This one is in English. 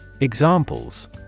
Examples